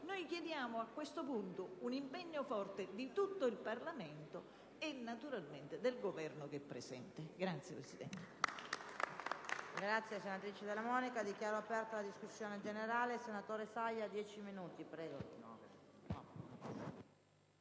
chiediamo a questo punto un impegno forte di tutto il Parlamento e naturalmente del Governo, che è presente. *(Applausi